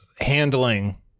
handling